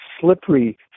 slippery